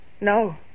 No